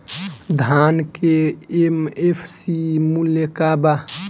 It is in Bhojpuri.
धान के एम.एफ.सी मूल्य का बा?